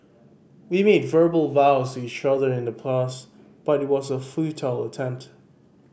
we made verbal vows to each other in the past but it was a futile attempt